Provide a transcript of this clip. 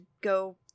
go